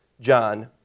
John